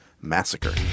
Massacre